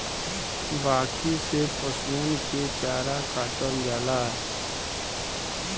बांकी से पसुअन के चारा काटल जाला